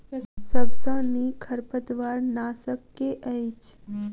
सबसँ नीक खरपतवार नाशक केँ अछि?